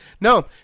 no